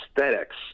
aesthetics